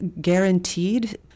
guaranteed